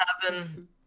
happen